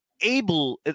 able